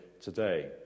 today